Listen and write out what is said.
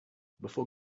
before